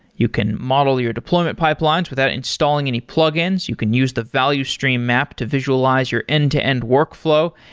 you can model your deployment pipelines without installing any plugins. you can use the value stream map to visualize your end-to-end workflow,